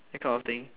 that kind of thing